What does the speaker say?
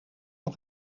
nog